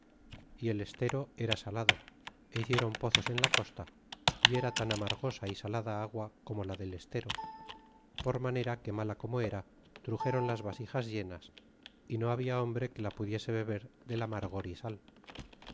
y el estero era salado é hicieron pozos en la costa y era tan amargosa y salada agua como la del estero por manera que mala como era truxeron las vasijas llenas y no habla hombre que la pudiese beber del amargor y sal